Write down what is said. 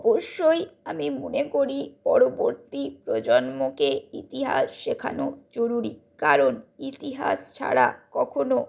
অবশ্যই আমি মনে করি পরবর্তী প্রজন্মকে ইতিহাস শেখানো জরুরি কারণ ইতিহাস ছাড়া কখনও